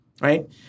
right